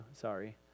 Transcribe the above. Sorry